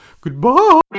goodbye